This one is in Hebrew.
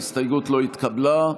ההסתייגות לא התקבלה.